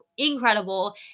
incredible